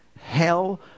hell